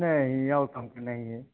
नहीं और काहू की नहीं है